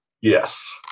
Yes